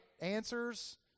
answers